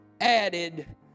added